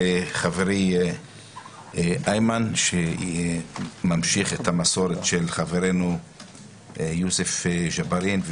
חברי איימן שממשיך את המסורת של חברינו יוסף ג'בארין.